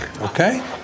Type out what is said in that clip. okay